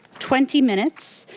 twenty minutes.